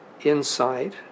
insight